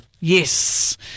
Yes